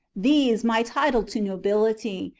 these my title to nobility,